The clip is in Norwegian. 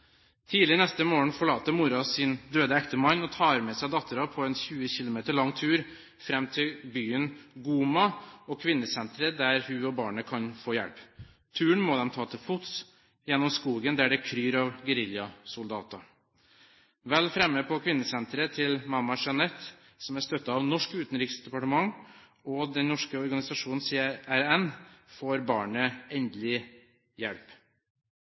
Tidlig neste morgen forlater moren sin døde ektemann og tar med seg datteren på en 20 km lang tur fram til byen Goma og kvinnesenteret, der hun og barnet kan få hjelp. Turen må de ta til fots gjennom skogen, der det kryr av geriljasoldater. Vel fremme på kvinnesenteret til Mama Jeanette, som er støttet av norsk UD og den norske organisasjonen CRN, får barnet endelig hjelp.